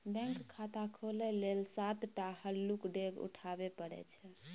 bank खाता खोलय लेल सात टा हल्लुक डेग उठाबे परय छै